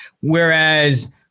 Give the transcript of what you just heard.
whereas